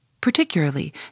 particularly